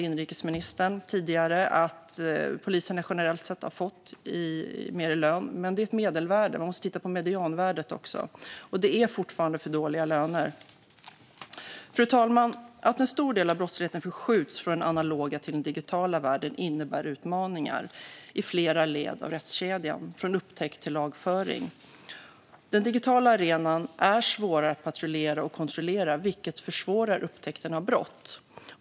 Inrikesministern nämnde tidigare att poliserna generellt sett har fått 5 000 kronor mer i lön. Det är dock ett medelvärde; man måste också titta på medianvärdet. Lönerna är fortfarande för dåliga. Fru talman! Att en stor del av brottsligheten förskjuts från den analoga till den digitala världen innebär utmaningar i flera led av rättskedjan, från upptäckt till lagföring. Den digitala arenan är svårare att patrullera och kontrollera, vilket försvårar upptäckten av brott.